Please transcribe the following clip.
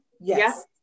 Yes